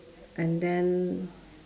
and then